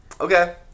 okay